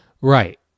Right